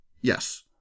Yes